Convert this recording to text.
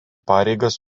pareigas